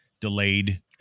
delayed